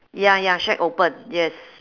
ya ya shack open yes